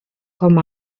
com